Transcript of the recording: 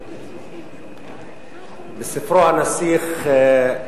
בספרו "הנסיך"